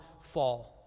fall